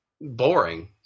boring